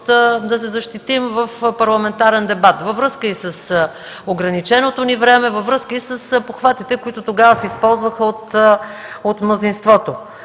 да се защитим в парламентарен дебат във връзка и с ограниченото ни време, във връзка и с похватите, които тогава се използваха от мнозинството.